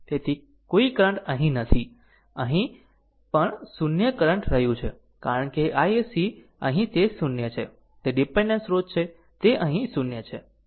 તેથી કોઈ કરંટ અહીં નથી પણ અહીં પણ 0 કરંટ રહ્યું છે કારણ કે iSC અહીં તે 0 છે તે ડીપેન્ડેન્ટ સ્રોત છે તે અહીં 0 છે